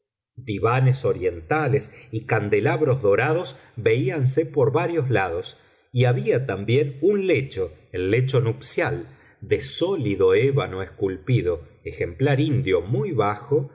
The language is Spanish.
divanes orientales y candelabros dorados veíanse por varios lados y había también un lecho el lecho nupcial de sólido ébano esculpido ejemplar indio muy bajo